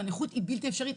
והנכות היא בלתי אפשרית,